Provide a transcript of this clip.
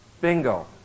bingo